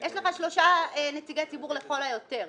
יש לך שלושה נציגי ציבור לכל היותר.